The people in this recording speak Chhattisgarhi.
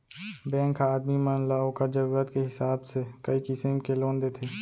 बेंक ह आदमी मन ल ओकर जरूरत के हिसाब से कई किसिम के लोन देथे